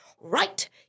right